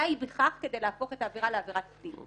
די בכך כדי להפוך את העבירה לעבירת פנים.